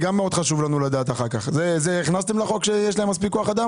הכנסתם לחוק את זה?